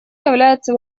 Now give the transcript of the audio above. является